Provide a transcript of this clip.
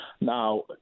Now